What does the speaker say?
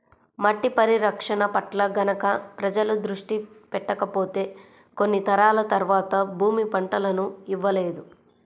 మట్టి పరిరక్షణ పట్ల గనక ప్రజలు దృష్టి పెట్టకపోతే కొన్ని తరాల తర్వాత భూమి పంటలను ఇవ్వలేదు